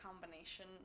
combination